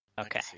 Okay